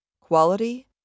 Quality